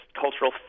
cultural